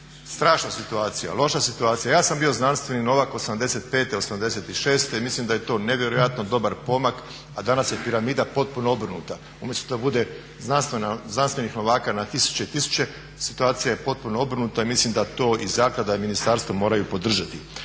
strašna situacija, loša situacija. Ja sam bio znanstveni novak 85., 86. i mislim da je to nevjerojatno dobar pomak, a danas je piramida potpuno obrnuta, umjesto da bude znanstvenih novaka na tisuće i tisuće situacija je potpuno obrnuta i mislim da to i zaklada i ministarstvo moraju podržati.